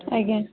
ଆଜ୍ଞା